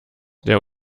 der